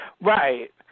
right